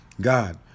God